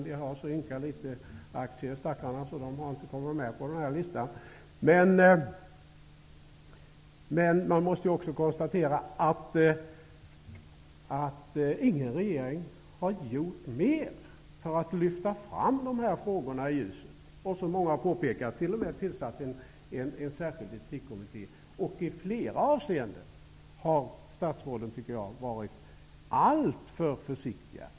De har så ynka litet aktier, de stackarna, så de har inte kommit med på listan. Men man måste konstatera att ingen regering har gjort mer för att lyfta fram dessa frågor i ljuset. Regeringen har, som många har påpekat, t.o.m. tillsatt en särskild etikkommitté. I flera avseenden har statsråden varit alltför försiktiga.